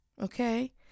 okay